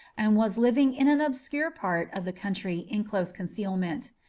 and was living in an obscure part of the country in close concealment.